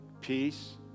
peace